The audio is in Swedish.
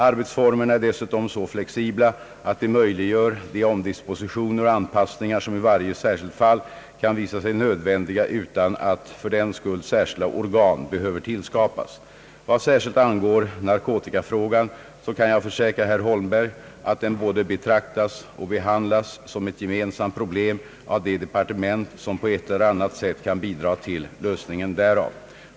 Arbetsformerna är dessutom så flexibla att de möjliggör de omdispositioner och anpassningar som i varje särskilt fall kan visa sig nödvändiga utan att fördenskull särskilda organ behöver tillskapas. Vad särskilt angår narkotikafrågan så kan jag försäkra herr Holmberg att den både betraktas och behandlas som ett gemensamt problem av de departement som på ett eller annat sätt kan bidra till lösningen därav.